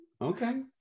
Okay